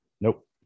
nope